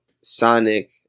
Sonic